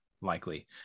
likely